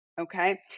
okay